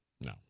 no